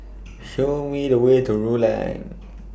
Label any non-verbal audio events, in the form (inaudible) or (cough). (noise) Show Me The Way to Rulang (noise)